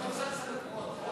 מחלה (היעדרות בשל תרומת איבר על ידי בן זוג או הורה)